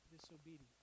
disobedience